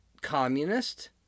communist